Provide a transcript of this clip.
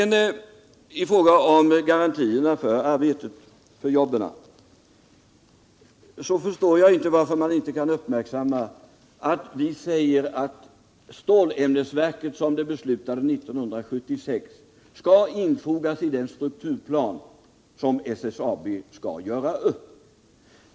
När det sedan gäller garantin för de nya jobben förstår jag inte varför man inte kan uppmärksamma att vi säger att stålämnesverket, som beslutades om 1976, skall infogas i den strukturplan som SSAB skall göra upp.